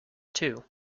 too